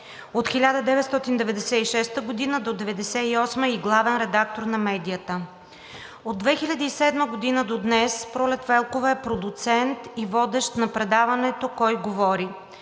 От 1996-а до 1998 г. и главен редактор на медията. От 2007 г. до днес Пролет Велкова е продуцент и водещ на предаването „Кой говори“